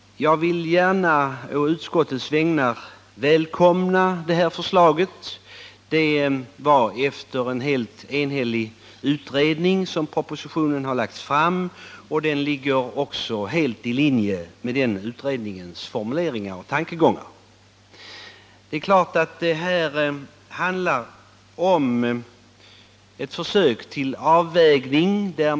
Jag vill gärna å utskottets vägnar välkomna detta förslag. Propositionen lades fram efter en enhällig utredning, och dess förslag ligger också helt i linje med utredningens formuleringar och tankegångar. Det handlar naturligtvis här om ett försök till avvägning.